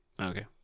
Okay